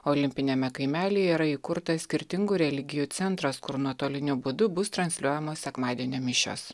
olimpiniame kaimelyje yra įkurtas skirtingų religijų centras kur nuotoliniu būdu bus transliuojamos sekmadienio mišios